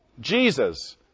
Jesus